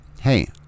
hey